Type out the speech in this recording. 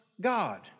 God